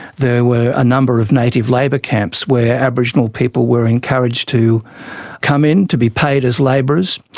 there were a number of native labour camps where aboriginal people were encouraged to come in, to be paid as labourers,